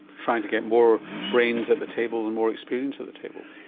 trying to get more brains at the table and more experience at the table.